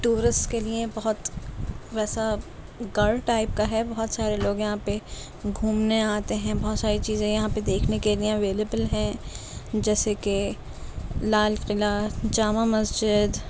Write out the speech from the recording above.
tourist کے لیے بہت ویسا گڑھ ٹائپ کا ہے بہت سارے لوگ یہاں پہ گھومنے آتے ہیں بہت ساری چیزیں یہاں پہ دیکھنے کے لیے اویلیبل ہیں جیسے کہ لال قلعہ جامع مسجد